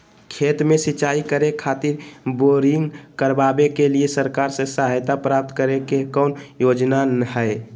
खेत में सिंचाई करे खातिर बोरिंग करावे के लिए सरकार से सहायता प्राप्त करें के कौन योजना हय?